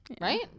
right